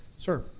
sir.